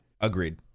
Agreed